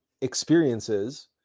experiences